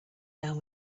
down